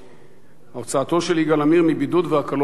הוצאתו של יגאל עמיר מבידוד והקלות בתנאי מאסרו: